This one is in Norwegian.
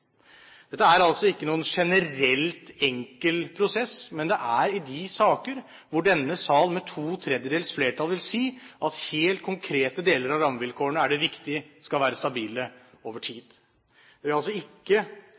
Dette er altså ikke noen generelt enkel prosess, men det er i de saker hvor denne sal med to tredjedels flertall vil si at det er viktig at helt konkrete deler av rammevilkårene skal være stabile over tid. Det vil ikke